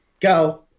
go